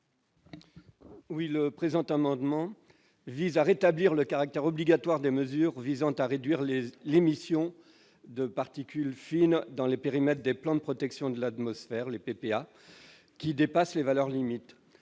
Le présent amendement tend à rétablir le caractère obligatoire des mesures visant à réduire l'émission de particules fines dans les périmètres des plans de protection de l'atmosphère, les PPA, qui dépassent les valeurs limites.